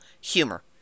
humor